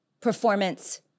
performance